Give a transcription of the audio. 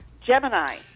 Gemini